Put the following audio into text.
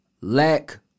Lack